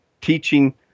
teaching